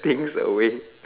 things away